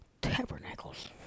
tabernacles